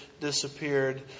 disappeared